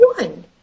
one